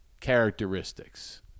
characteristics